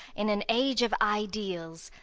in an age of ideals.